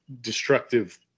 destructive